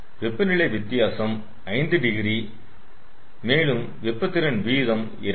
வெப்பநிலை வித்தியாசம் 5 டிகிரி மேலும் வெப்ப திறன் வீதம் 2